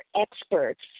experts